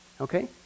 okay